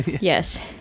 Yes